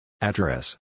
Address